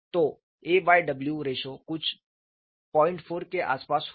तो aw ratio कुछ 04 के आसपास होगा